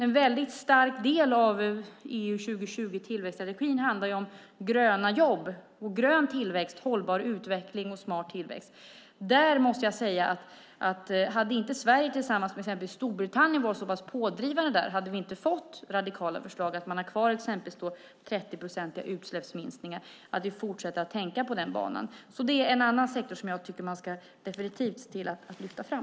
En stor del av EU 2020-strategin handlar om gröna jobb, grön tillväxt, hållbar utveckling och smart tillväxt. Hade inte Sverige tillsammans med bland andra Storbritannien varit pådrivande i det hade vi inte fått radikala förslag som att exempelvis ha kvar 30-procentiga utsläppsminskningar och fortsätta tänka i den banan. Det är en sektor som definitivt ska lyftas fram.